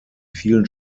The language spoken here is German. vielen